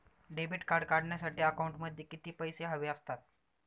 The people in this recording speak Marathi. डेबिट कार्ड काढण्यासाठी अकाउंटमध्ये किती पैसे हवे असतात?